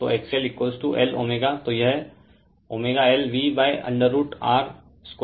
तो XL Lω तो यह ωLV√R 2Lω 1ωC2 होगा